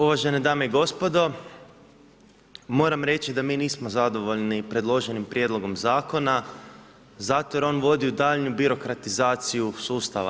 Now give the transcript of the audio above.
Uvažene dame i gospodo, moram reći da mi nismo zadovoljni predloženim prijedlogom Zakona zato jer on vodi u daljnju birokratizaciju sustava.